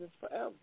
forever